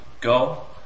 go